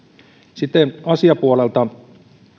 sitten asiapuolelta